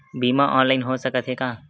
बीमा ऑनलाइन हो सकत हे का?